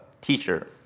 teacher